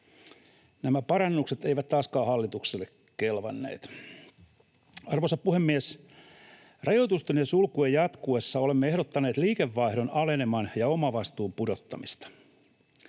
Nämä parannukset eivät taaskaan hallitukselle kelvanneet. Arvoisa puhemies! Rajoitusten ja sulkujen jatkuessa olemme ehdottaneet liikevaihdon aleneman ja omavastuun pudottamista.